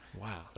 Wow